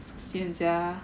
so sian sia